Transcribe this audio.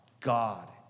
God